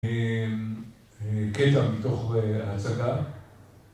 קטע מתוך ההצגה